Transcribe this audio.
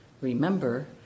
remember